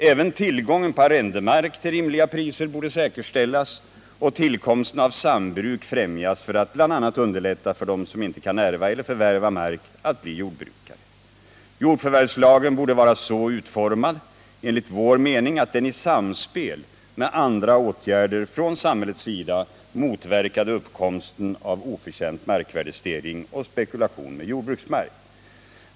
Även tillgången på arrendemark till rimliga priser borde säkerställas, och tillkomsten av sambruk borde främjas för att bl.a. underlätta för dem som inte kan ärva eller förvärva mark att bli jordbrukare. Jordförvärvslagen borde enligt vår mening vara så utformad att den i samspel med andra åtgärder från samhällets sida motverkade uppkomsten av oförtjänt markvärdestegring och spekulation med jordbruksmark.